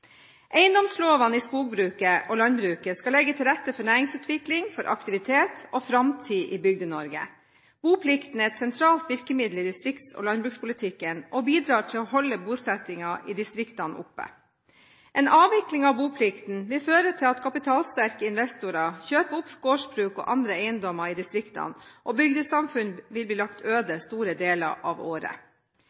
Eiendomslovene i skogbruket og landbruket skal legge til rette for næringsutvikling, for aktivitet og framtid i Bygde-Norge. Boplikten er et sentralt virkemiddel i distrikts- og landbrukspolitikken og bidrar til å holde bosettingen i distriktene oppe. En avvikling av boplikten vil føre til at kapitalsterke investorer kjøper opp gårdsbruk og andre eiendommer i distriktene, og bygdesamfunn vil bli lagt øde store deler av året.